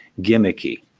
gimmicky